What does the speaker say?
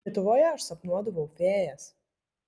lietuvoje aš sapnuodavau fėjas